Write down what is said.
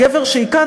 הגבר שהכה,